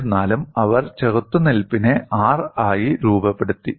എന്നിരുന്നാലും അവർ ചെറുത്തുനിൽപ്പിനെ R ആയി രൂപപ്പെടുത്തി